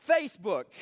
Facebook